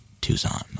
Tucson